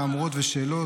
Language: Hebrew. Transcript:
מהמורות ושאלות,